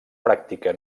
pràctica